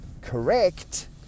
correct